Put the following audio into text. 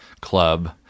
club